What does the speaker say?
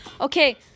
Okay